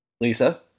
Lisa